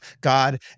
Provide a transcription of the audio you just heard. God